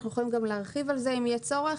נוכל להרחיב על זה אם יהיה צורך